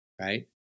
right